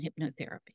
hypnotherapy